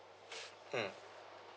mm